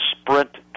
sprint